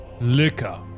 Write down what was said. liquor